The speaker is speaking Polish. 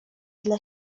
dla